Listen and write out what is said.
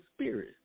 Spirit